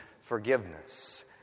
forgiveness